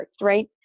right